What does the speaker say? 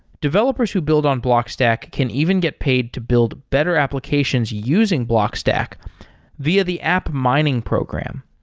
developers who build on blockstack can even get paid to build better applications using blockstack via the app mining program.